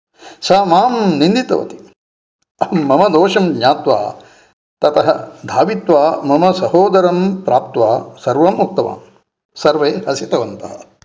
सा माम् निन्दितवती अहं मम दोषं ज्ञात्वा ततः धावित्वा मम सहोदरं प्राप्त्वा सर्वम् उक्तवान् सर्वे हसितवन्तः